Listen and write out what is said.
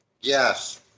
Yes